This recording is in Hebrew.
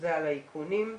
על האיכונים.